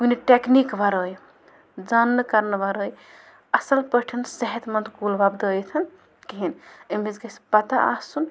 کُنہِ ٹٮ۪کنیٖک وَرٲے زانٛنہٕ کَرنہٕ وَرٲے اَصٕل پٲٹھۍ صحت منٛد کُل وۄپدٲیِتھ کِہیٖنۍ ایٚمِس گژھِ پَتاہ آسُن